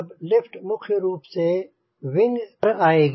तब लिफ्ट मुख्य रूप से विंग पर आएगी